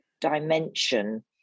dimension